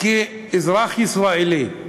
כאזרח ישראלי,